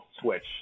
switch